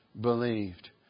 believed